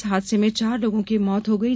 इस हादसे में चार लोगों की मौत हो गयी